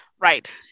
Right